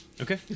Okay